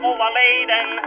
Overladen